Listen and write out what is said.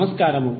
నమస్కారము